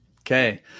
Okay